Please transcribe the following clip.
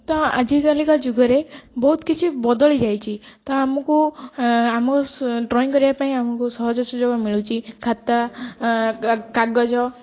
ତ ଆଜିକାଲିକା ଯୁଗରେ ବହୁତ କିଛି ବଦଳି ଯାଇଛି ତ ଆମକୁ ଆମ ଡ୍ରଇଂ କରିବା ପାଇଁ ଆମକୁ ସହଜ ସୁଯୋଗ ମିଳୁଛି ଖାତା କାଗଜ